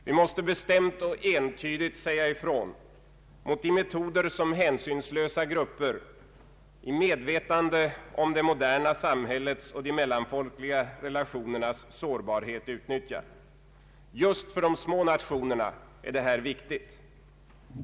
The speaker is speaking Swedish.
Vi måste bestämt och entydigt säga ifrån mot de metoder som hänsynslösa grupper utnyttjar i medvetande om det moderna samhällets och de mellanfolkliga relationernas sårbarhet. Just för de små nationerna är detta viktigt.